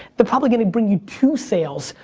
the probably going to bring you to sales,